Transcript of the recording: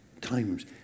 Times